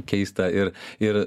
keista ir ir